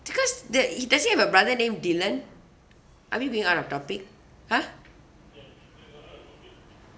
because that he does he have a brother named dylan are we being out of topic !huh!